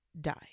die